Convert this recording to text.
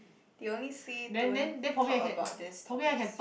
they only say don't talk about this topics